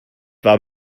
war